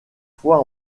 fois